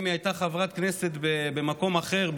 אם היא הייתה חברת כנסת במקום אחר,